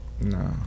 No